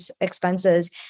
expenses